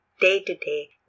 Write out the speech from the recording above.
day-to-day